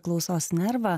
klausos nervą